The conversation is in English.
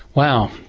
wow.